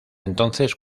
entonces